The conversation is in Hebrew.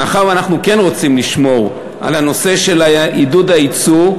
מאחר שאנחנו כן רוצים לשמור על הנושא של עידוד היצוא,